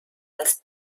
als